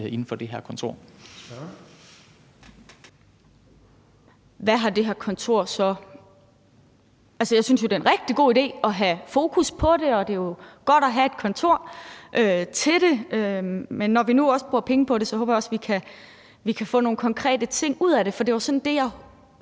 Dahl): Spørgeren. Kl. 13:44 Katrine Robsøe (RV): Altså, jeg synes, det er en rigtig god idé at have fokus på det, og det er jo godt at have et kontor til det, men når vi nu også bruger penge på det, så håber jeg også, at vi kan få nogle konkrete ting ud af det, for det var det, jeg